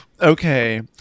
Okay